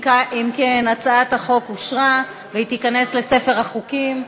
אם כן, הצעת החוק אושרה, והיא תיכנס לספר החוקים.